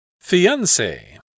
Fiance